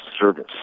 service